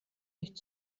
nicht